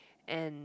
and